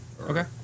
Okay